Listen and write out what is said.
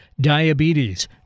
diabetes